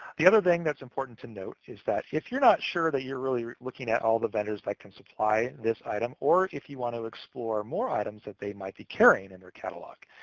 the other thing that's important to note is that if you're not sure that you're really looking at all the vendors that can supply this item, or if you want to explore more items that they might be carrying in their catalog,